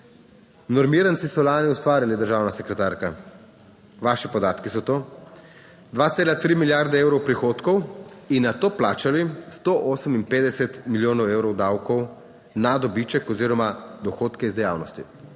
normiranci so lani ustvarili, državna sekretarka, vaši podatki so to, 2,3 milijarde evrov prihodkov in nato plačali 158 milijonov evrov davkov na dobiček oziroma dohodke iz dejavnosti.